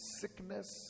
sickness